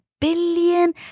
billion